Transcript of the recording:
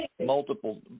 multiple